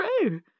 true